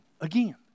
again